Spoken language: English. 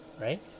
right